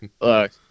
Look